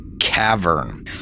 cavern